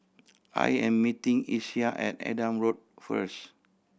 I am meeting Isiah at Adam Road first